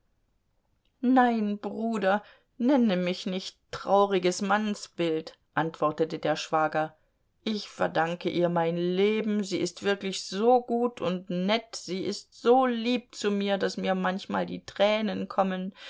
nein bruder nenne mich nicht trauriges mannsbild antwortete der schwager ich verdanke ihr mein leben sie ist wirklich so gut und nett sie ist so lieb zu mir daß mir manchmal die tränen kommen